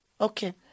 Okay